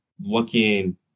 looking